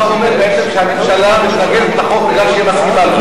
בעצם אתה אומר שהממשלה מתנגדת לחוק מכיוון שהיא מסכימה לו.